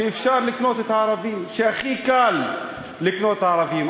שאפשר לקנות את הערבים, שהכי קל לקנות את הערבים.